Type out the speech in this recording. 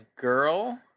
girl